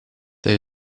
they